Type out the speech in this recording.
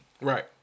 Right